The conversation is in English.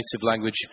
language